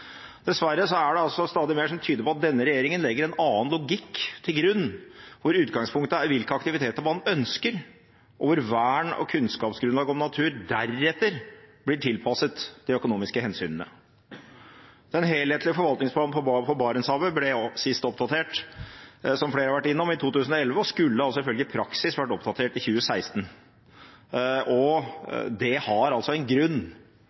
Dessverre er det stadig mer som tyder på at denne regjeringen legger en annen logikk til grunn, der utgangspunktet er hvilke aktiviteter man ønsker, og der vern og kunnskapsgrunnlaget om natur deretter blir tilpasset de økonomiske hensynene. Den helhetlige forvaltningsplanen for Barentshavet ble sist oppdatert i 2011, som flere har vært innom, og skulle altså, ifølge praksis, vært oppdatert i 2016. Det har altså en grunn